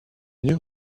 new